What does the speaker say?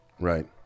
Right